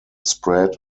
spread